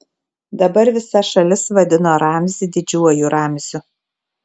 dabar visa šalis vadino ramzį didžiuoju ramziu